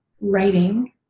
writing